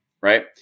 right